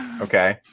Okay